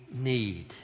need